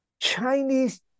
Chinese